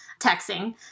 texting